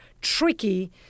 tricky